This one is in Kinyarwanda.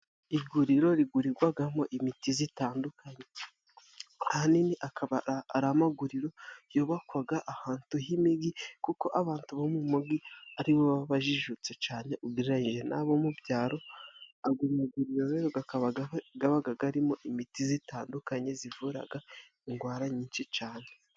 Iguriro rigurirwamo imiti itandukanye ahanini aba ari amaguriro yubakwa ahantu h'imigi kuko abantu bo mu mugi aribo bajijutse cyane ugereyeje n'abo mu byaro, akaba aba arimo imiti itandukanye ivura indwara nyinshi cyane.